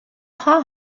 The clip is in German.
paar